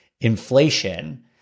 inflation